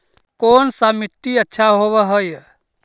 कोन सा मिट्टी अच्छा होबहय?